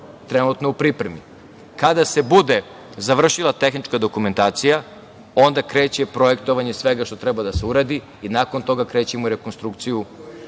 trenutno u pripremi. Kada se bude završila tehnička dokumentacija, onda kreće projektovanje svega što treba da se uradi i nakon toga krećemo u rekonstrukciju